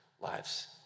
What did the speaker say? lives